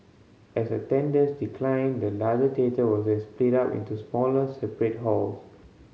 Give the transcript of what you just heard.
as attendance declined the large theatre was then split up into smaller separate halls